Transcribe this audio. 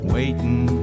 Waiting